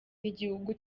n’igihugu